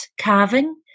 carving